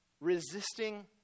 resisting